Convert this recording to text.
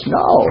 no